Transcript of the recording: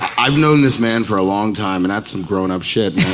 i've known this man for a long time and that's some grown up shit